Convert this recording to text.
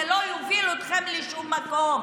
זה לא יוביל אתכם לשום מקום.